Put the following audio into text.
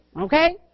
Okay